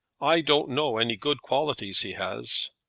i don't know any good qualities he has.